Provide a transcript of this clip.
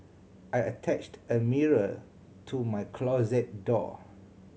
I attached a mirror to my closet door